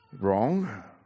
wrong